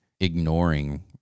ignoring